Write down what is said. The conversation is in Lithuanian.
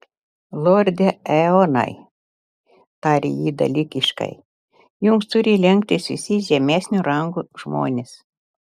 lorde eonai tarė ji dalykiškai jums turi lenktis visi žemesnių rangų žmonės